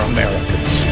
Americans